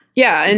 yeah. and